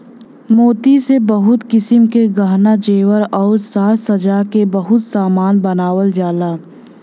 मोती से बहुत किसिम क गहना जेवर आउर साज सज्जा के बहुत सामान बनावल जाला